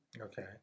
Okay